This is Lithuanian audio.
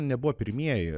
nebuvo pirmieji